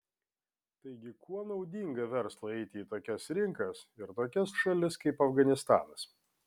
taigi kuo naudinga verslui eiti į tokias rinkas ir tokias šalis kaip afganistanas